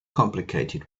complicated